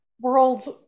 world's